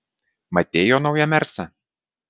matei jo naują mersą